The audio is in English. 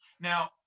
now